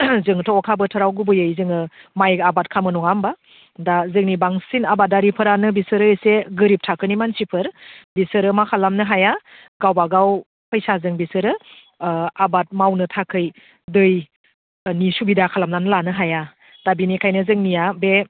जोंथ' अखा बोथोराव गुबैयै जोङो माइ आबाद खालामो नङा होनबा दा जोंनि बांसिन आबादारिफोरानो बिसोरो एसे गोरिब थाखोनि मानसिफोर बिसोरो मा खालामनो हाया गावबा गाव फैसाजों बिसोरो आबाद मावनो थाखाय दैनि सुबिदा खालामनानै लानो हाया दा बेनिखायनो जोंनिया बे